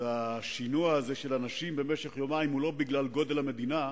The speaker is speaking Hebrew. השינוע הזה של אנשים במשך יומיים הוא לא בגלל גודל המדינה,